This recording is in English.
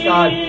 God